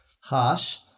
Harsh